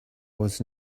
was